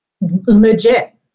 legit